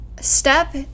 step